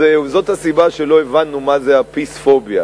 זאת הסיבה שלא הבנו מה זה ה"פִיספוביה".